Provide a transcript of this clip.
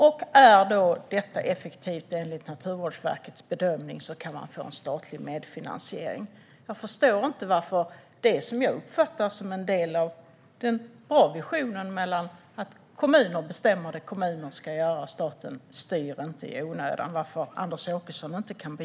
Om det är effektivt enligt Naturvårdsverkets bedömning kan de få statlig medfinansiering. Jag förstår inte varför Anders Åkesson inte kan bejaka det som jag uppfattar som en bra vision: att kommunen bestämmer vad den ska göra och att staten inte styr i onödan.